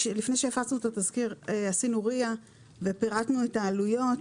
לפני שהפצנו את התזכיר עשינו ria ופירטנו את העלויות.